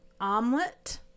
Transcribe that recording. omelet